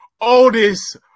Otis